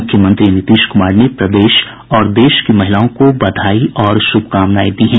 मुख्यमंत्री नीतीश कुमार ने प्रदेश और देश की महिलाओं को बधाई और श्भकामनायें दी है